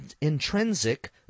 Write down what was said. intrinsic